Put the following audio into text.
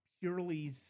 purely